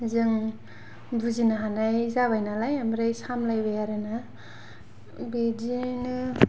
जों बुजिनो हानाय जाबाय नालाय ओमफ्राय सामब्लायबाय आरोना बिदिनो